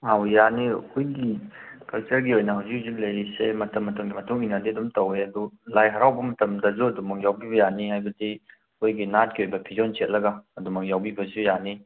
ꯑꯥꯎ ꯌꯥꯅꯤ ꯑꯩꯈꯣꯏꯒꯤ ꯀꯜꯆꯔꯒꯤ ꯑꯣꯏꯅ ꯍꯧꯖꯤꯛ ꯍꯧꯖꯤꯛ ꯂꯩꯔꯤꯁꯦ ꯃꯇꯝ ꯃꯇꯝꯒꯤ ꯃꯇꯨꯡ ꯏꯟꯅꯗꯤ ꯑꯗꯨꯝ ꯇꯧꯋꯦ ꯑꯗꯣ ꯂꯥꯏ ꯍꯔꯥꯎꯕ ꯃꯇꯝꯗꯁꯨ ꯑꯗꯨꯃꯛ ꯌꯥꯎꯕꯤꯕ ꯌꯥꯅꯤ ꯍꯥꯏꯕꯗꯤ ꯑꯩꯈꯣꯏꯒꯤ ꯅꯥꯠꯀꯤ ꯑꯣꯏꯕ ꯐꯤꯖꯣꯜ ꯁꯦꯠꯂꯒ ꯑꯗꯨꯃꯛ ꯌꯥꯎꯕꯤꯕꯁꯨ ꯌꯥꯅꯤ